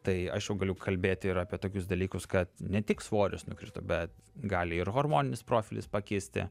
tai aš jau galiu kalbėti ir apie tokius dalykus kad ne tik svoris nukrito bet gali ir hormoninis profilis pakisti